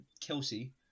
Kelsey